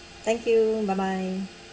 thank you bye bye